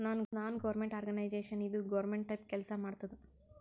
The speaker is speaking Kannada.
ನಾನ್ ಗೌರ್ಮೆಂಟ್ ಆರ್ಗನೈಜೇಷನ್ ಇದು ಗೌರ್ಮೆಂಟ್ ಟೈಪ್ ಕೆಲ್ಸಾ ಮಾಡತ್ತುದ್